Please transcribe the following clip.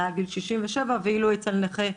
מעל גיל 67 ואילו אצל נכה,